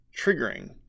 triggering